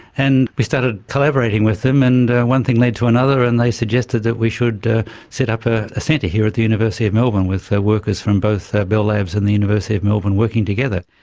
and we started collaborating with them, and one thing led to another and they suggested that we should set up a centre here at the university of melbourne with ah workers from both bell labs and the university of melbourne working together.